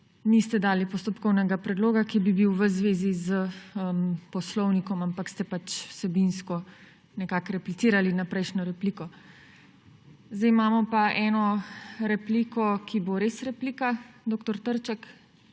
niste dali postopkovnega predloga, ki bi bil v zvezi s poslovnikom, ampak ste vsebinsko replicirali na prejšnjo repliko. Zdaj imamo pa eno repliko, ki bo res replika. Dr. Trček.